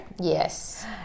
Yes